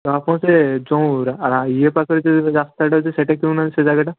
ତ ଆପଣ ସେ ଯେଉଁ ଇଏ ପାଖରେ ଯେ ରାସ୍ତାଟା ଅଛି ସେଇଟା କିଣୁନାହାନ୍ତି ସେହି ଜାଗାଟା